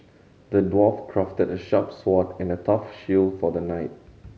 the dwarf crafted a sharp sword and a tough shield for the knight